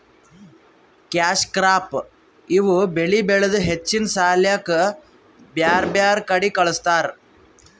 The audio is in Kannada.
ಕ್ಯಾಶ್ ಕ್ರಾಪ್ ಇವ್ ಬೆಳಿ ಬೆಳದು ಹೆಚ್ಚಿನ್ ಸಾಲ್ಯಾಕ್ ಬ್ಯಾರ್ ಬ್ಯಾರೆ ಕಡಿ ಕಳಸ್ತಾರ್